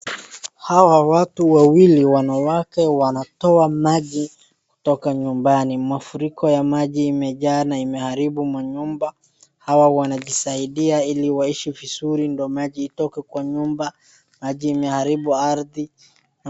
Hawa watu wawili wanawake wanatoa maji toka nyumbani. Mafuriko ya maji imejaa na imeharibu manyumba. Hawa wanajisaidia ili waishi vizuri ndio maji itoke kwa nyumba, maji imeharibu ardhi.